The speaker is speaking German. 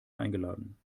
eingeladen